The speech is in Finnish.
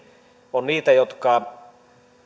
on niitä jotka